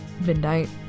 midnight